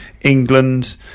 England